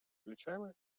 плечами